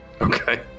Okay